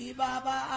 baba